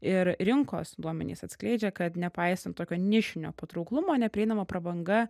ir rinkos duomenys atskleidžia kad nepaisant tokio nišinio patrauklumo neprieinama prabanga